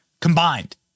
combined